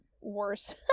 worse